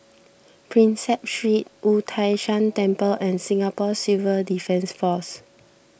Prinsep Street Wu Tai Shan Temple and Singapore Civil Defence force